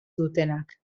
dutenak